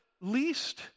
least